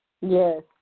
Yes